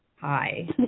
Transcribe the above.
Hi